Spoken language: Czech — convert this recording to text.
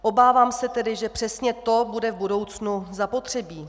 Obávám se tedy, že přesně to bude v budoucnu zapotřebí.